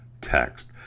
text